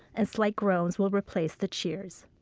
and slight groans will replace the cheers.